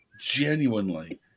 genuinely